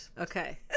Okay